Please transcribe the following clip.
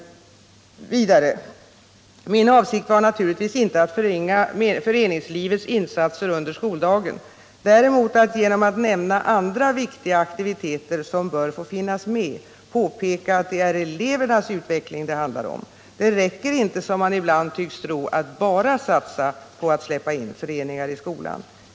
Vidare: Min avsikt var naturligtvis inte att förringa föreningslivets insatser under skoldagen, däremot att — genom att nämna andra viktiga aktiviteter som bör få finnas med — påpeka att det är elevernas utveckling det handlar om. Det räcker inte, som man ibland tycks tro, att bara satsa på att släppa in föreningar i skolan.